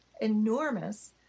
enormous